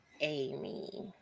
Amy